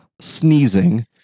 sneezing